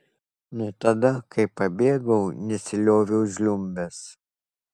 nuo tada kai pabėgau nesilioviau žliumbęs